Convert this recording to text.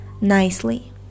nicely